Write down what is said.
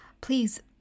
please